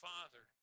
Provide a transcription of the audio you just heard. Father